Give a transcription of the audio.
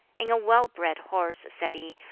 in a well-bred horse, said he,